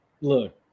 Look